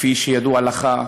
כפי שידוע לך.